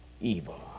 evil